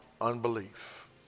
unbelief